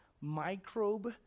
microbe